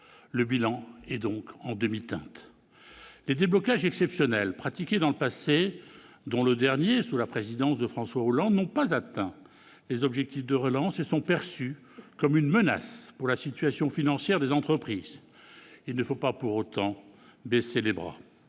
Le bilan est donc en demi-teinte. Les déblocages exceptionnels pratiqués dans le passé, dont le dernier sous la présidence de François Hollande, n'ont pas atteint les objectifs de relance et sont perçus comme une menace pour la situation financière des entreprises. Il ne faut pas pour autant baisser les bras.